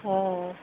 ହଁ